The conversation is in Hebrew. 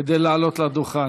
כדי לעלות לדוכן,